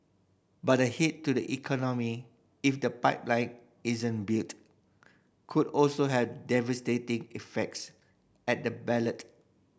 but the hit to the economy if the pipeline isn't built could also have devastating effects at the ballot